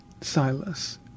Silas